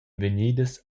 vegnidas